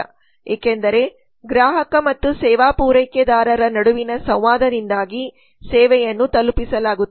ಏಕೆಂದರೆ ಗ್ರಾಹಕ ಮತ್ತು ಸೇವಾ ಪೂರೈಕೆದಾರರ ನಡುವಿನ ಸಂವಾದವಾಗಿ ಸೇವೆಯನ್ನು ತಲುಪಿಸಲಾಗುತ್ತದೆ